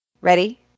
Ready